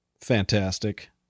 fantastic